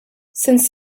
since